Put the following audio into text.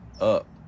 up